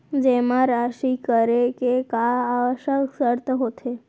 जेमा राशि करे के का आवश्यक शर्त होथे?